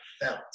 felt